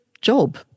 job